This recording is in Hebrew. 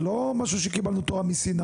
זה לא שקיבלנו תורה מסיני.